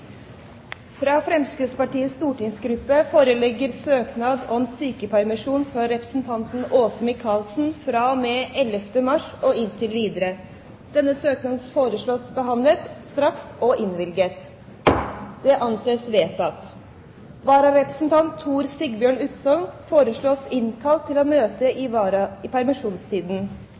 Fra Fremskrittspartiet stortingsgruppe foreligger søknad om sykepermisjon for representanten Åse Michaelsen fra og med 11. mars og inntil videre. Etter forslag fra presidenten ble enstemmig besluttet: Søknaden behandles straks og innvilges. Vararepresentanten, Tor Sigbjørn Utsogn, innkalles for å møte i